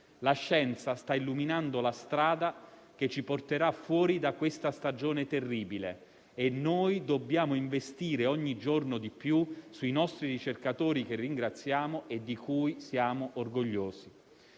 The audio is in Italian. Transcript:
La scienza sta illuminando la strada che ci porterà fuori da una stagione terribile e noi dobbiamo investire, ogni giorno di più, sui nostri ricercatori che ringraziamo e di cui siamo orgogliosi.